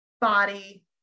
body